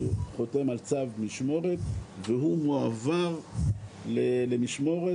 חותם על צו משמורת והוא מועבר למשמורת,